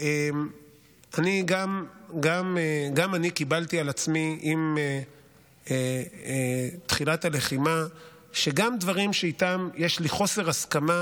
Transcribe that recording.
גם אני קיבלתי על עצמי עם תחילת הלחימה שבדברים שאיתם יש לי חוסר הסכמה,